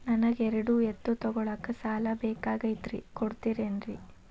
ನನಗ ಎರಡು ಎತ್ತು ತಗೋಳಾಕ್ ಸಾಲಾ ಬೇಕಾಗೈತ್ರಿ ಕೊಡ್ತಿರೇನ್ರಿ?